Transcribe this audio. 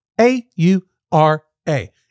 A-U-R-A